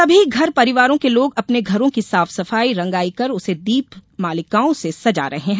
सभी घर परिवारों के लोग अपने घरों की साफ सफाई रंगाई कर उसे दीप मालिकाओं से सजा रहे है